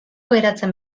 geratzen